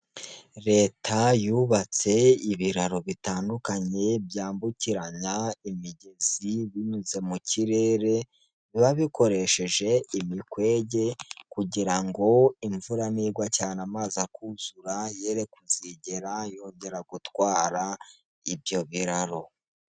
Leta yubatse ibiraro bitandukanye byambukiranya imigezi binyuze mu kirere, biba bikoresheje imikwege kugira imvura nigwa cyane amazi akuzura, yehe kuzigera yongera gutwara ibyo biraro.